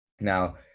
Now